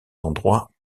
endroits